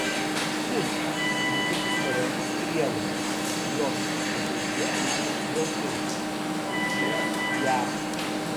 šis lūkestis paremtas prielaida jog ateityje kainos vėl kils ypač jav